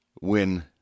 win